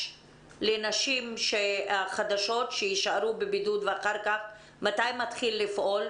לנשים החדשות שיישארו בבידוד מתחיל לפעול,